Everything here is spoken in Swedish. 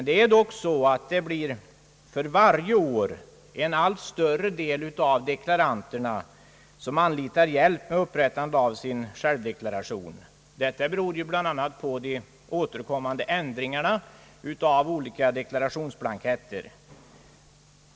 Det är dock så att en allt större del av deklaranterna för varje år anlitar hjälp för upprättande av sin självdeklaration, bl.a. beroende på de återkommande ändringarna av olika deklarationsblanketter.